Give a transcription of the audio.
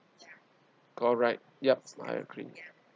correct yup I agree